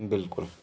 बिल्कुल